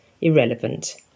irrelevant